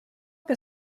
que